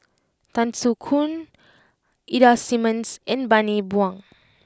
Tan Soo Khoon Ida Simmons and Bani Buang